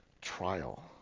trial